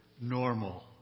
normal